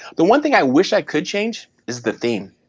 the one thing i wish i could change is the theme.